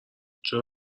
چرا